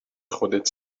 خودت